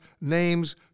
names